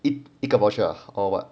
一一个 voucher or what